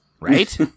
right